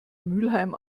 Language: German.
mülheim